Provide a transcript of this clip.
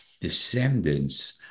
descendants